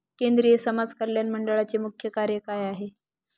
केंद्रिय समाज कल्याण मंडळाचे मुख्य कार्य काय आहे?